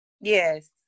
Yes